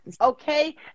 Okay